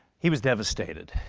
he was devastated,